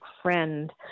friend